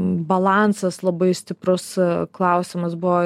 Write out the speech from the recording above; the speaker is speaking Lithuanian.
balansas labai stiprus klausimas buvo